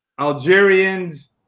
Algerians